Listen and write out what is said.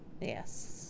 Yes